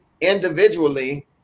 individually